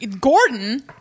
Gordon